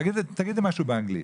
תגידי משהו באנגלית.